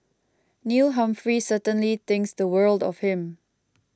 Neil Humphrey certainly thinks the world of him